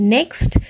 Next